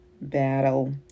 battle